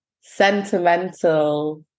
sentimental